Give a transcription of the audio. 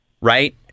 right